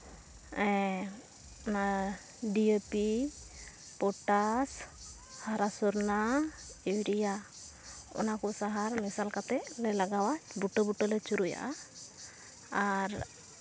ᱚᱱᱟ DAP potash ᱦᱟᱨᱟ ᱥᱚᱨᱱᱟ ᱤᱭᱩᱨᱤᱭᱟ ᱚᱱᱟ ᱠᱚ ᱥᱟᱦᱟᱨ ᱢᱮᱥᱟᱞ ᱠᱟᱛᱮᱫ ᱞᱮ ᱞᱟᱜᱟᱣᱟ ᱵᱩᱴᱟᱹᱼᱵᱩᱴᱟᱹ ᱞᱮ ᱪᱩᱨᱩᱡᱟᱜᱼᱟ ᱟᱨ